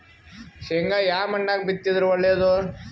ಶೇಂಗಾ ಯಾ ಮಣ್ಣಾಗ ಬಿತ್ತಿದರ ಒಳ್ಳೇದು?